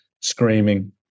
screaming